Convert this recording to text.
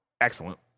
excellent